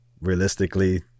realistically –